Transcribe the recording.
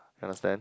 you understand